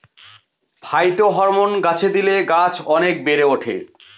phytohormone গাছে দিলে গাছ অনেক বেড়ে ওঠে